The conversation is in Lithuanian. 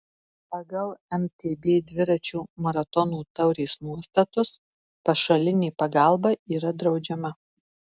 pagal mtb dviračių maratonų taurės nuostatus pašalinė pagalba yra draudžiama